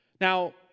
Now